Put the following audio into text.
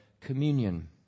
communion